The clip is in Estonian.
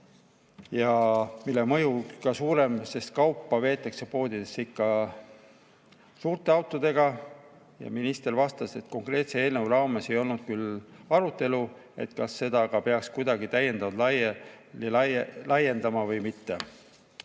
ja mõju ka suurem, sest kaupa veetakse poodidesse ikka suurte autodega. Minister vastas, et konkreetse eelnõu raames ei olnud arutelu, kas seda peaks kuidagi täiendavalt laiendama või mitte.